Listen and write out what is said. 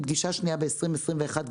פגישה שנייה הייתה ב-2021,